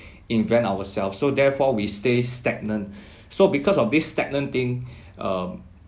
invent ourself so therefore we stay stagnant so because of this stagnant thing um